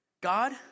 God